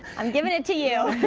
i'm giving it to. you